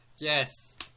Yes